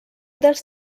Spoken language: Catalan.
dels